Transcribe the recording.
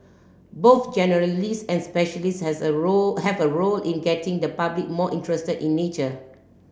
both generalist and specialist has a role have a role in getting the public more interested in nature